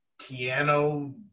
piano